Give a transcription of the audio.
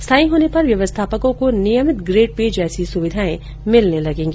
स्थाई होने पर व्यवस्थापकों को नियमित ग्रेड पे जैसी सुविधाएं मिलेंगी